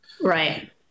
right